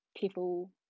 people